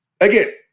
Again